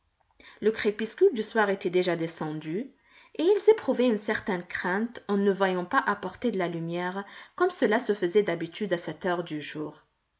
le crépuscule du soir était déjà descendu et ils éprouvaient une certaine crainte en ne voyant pas apporter de la lumière comme cela se faisait d'habitude à cette heure du jour